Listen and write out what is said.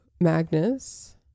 Magnus